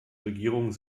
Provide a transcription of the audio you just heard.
regierung